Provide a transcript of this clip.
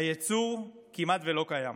הייצור כמעט שלא קיים,